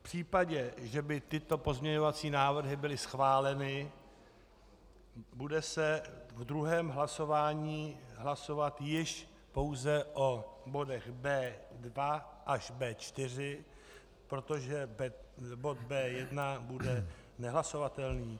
V případě, že by tyto pozměňovací návrhy byly schváleny, bude se v druhém hlasování hlasovat již pouze o bodech B2 až B4, protože bod B1 bude nehlasovatelný.